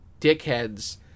dickheads